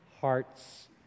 hearts